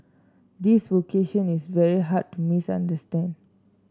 this vocation is very hard to misunderstand